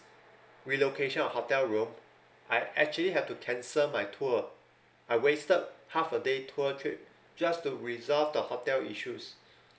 relocation of hotel room I actually have to cancel my tour I wasted half a day tour trip just to resolve the hotel issues